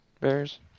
Bears